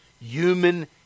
human